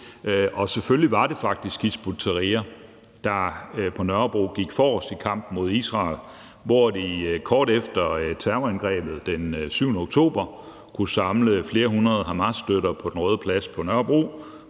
Selvfølgelig var det faktisk Hizb ut-Tahrir, der på Nørrebro gik forrest i kampen mod Israel. Kort efter terrorangrebet den 7. oktober kunne de samle flere hundrede hamasstøtter på Den Røde Plads på Nørrebro